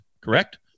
correct